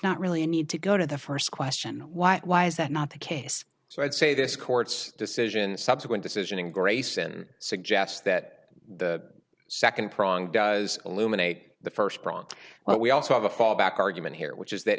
not really a need to go to the first question what why is that not the case so i'd say this court's decision subsequent decision in grayson suggests that the second prong does illuminate the first prong what we also have a fallback argument here which is that